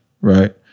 right